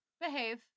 Behave